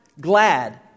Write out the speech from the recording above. glad